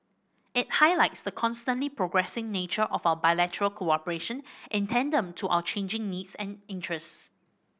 it highlights the constantly progressing nature of our bilateral cooperation in tandem to our changing needs and interests